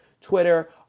Twitter